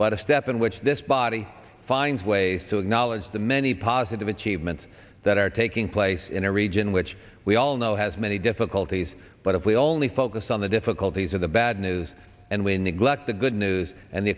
but a step in which this body finds ways to acknowledge the many positive achievements that are taking place in a region which we all know has many difficulties but if we only focus on the difficulties of the bad news and when neglect the good news and the